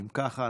אם ככה,